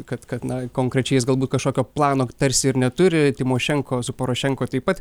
kad kad na konkrečiais galbūt kažkokio plano tarsi ir neturi tymošenko su porošenka taip pat